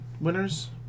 winners